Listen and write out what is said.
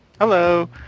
Hello